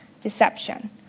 deception